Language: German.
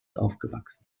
aufgewachsen